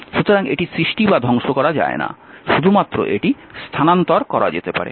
সুতরাং এটি সৃষ্টি বা ধ্বংস করা যায় না শুধুমাত্র এটি স্থানান্তর করা যেতে পারে